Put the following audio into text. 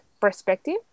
perspective